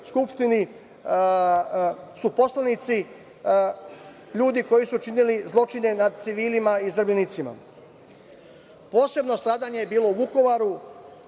su poslanici ljudi koji su činili zločine nad civilima i zarobljenicima. Posebno stradanje je bilo u Vukovaru,